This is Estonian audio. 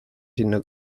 sinna